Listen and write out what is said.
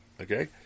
okay